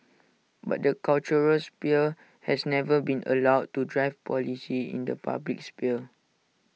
but the cultural sphere has never been allowed to drive policy in the public sphere